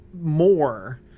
more